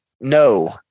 No